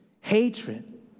hatred